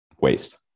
waste